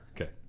Okay